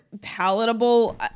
palatable